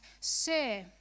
Sir